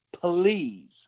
please